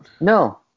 No